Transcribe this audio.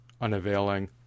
unavailing